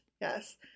yes